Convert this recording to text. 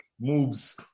moves